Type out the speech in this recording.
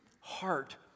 heart